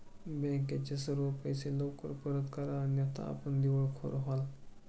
बँकेचे सर्व पैसे लवकर परत करा अन्यथा आपण दिवाळखोर व्हाल